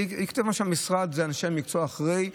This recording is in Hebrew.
אני אקריא את מה שהמשרד ואנשי המקצוע אחרי כן,